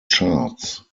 charts